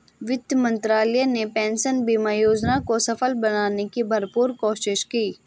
वित्त मंत्रालय ने पेंशन बीमा योजना को सफल बनाने की भरपूर कोशिश की है